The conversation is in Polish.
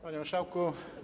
Panie Marszałku!